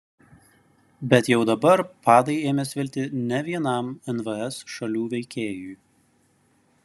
bet jau dabar padai ėmė svilti ne vienam nvs šalių veikėjui